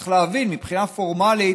צריך להבין, מבחינה פורמלית